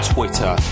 Twitter